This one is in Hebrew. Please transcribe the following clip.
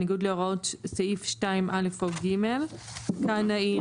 בניגוד להוראות סעיף 2(א) או (ג);" כאן נעיר